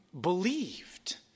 believed